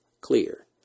clear